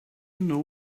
know